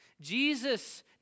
Jesus